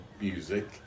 music